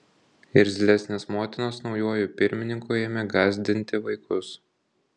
irzlesnės motinos naujuoju pirmininku ėmė gąsdinti vaikus